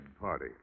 party